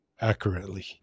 accurately